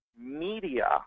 media